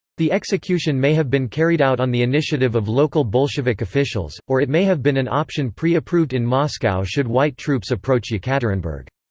the execution may have been carried out on the initiative of local bolshevik officials, or it may have been an option pre-approved in moscow should white troops approach yekaterinburg.